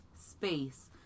space